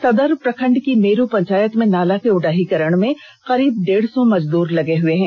सदर प्रखंड के मेरु पंचायत में नाला के उडाही करन में करीब डेढ़ सौ मजदूर लगे हैं